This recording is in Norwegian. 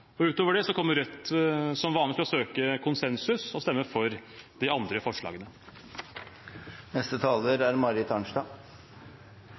presidentskapet. Utover det kommer Rødt som vanlig til å søke konsensus og stemmer for de andre forslagene.